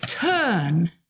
turn